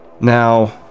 Now